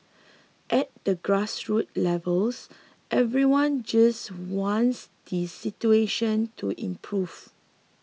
at the grassroots levels everyone just wants the situation to improve